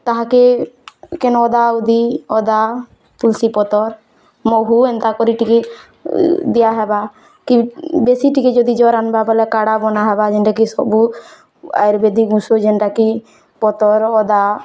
ତାହାକେ କେନ୍ ଅଦା ଉଦି ଅଦା ତୁଲସୀ ପତର୍ ମହୁ ଏନ୍ତାକରି ଟିକେ ଦିଆହେବା କି ବେଶୀ ଟିକେ ଯଦି ଜର୍ ଆନ୍ବା ବୋଲେ କାଡ଼ା ବନାହେବା ଯେନ୍ତାକି ସବୁ ଆୟୁର୍ବେଦିକ୍ ଉଷ ଯେନ୍ତାକି ପତର୍ ଅଦା